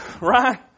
Right